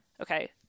okay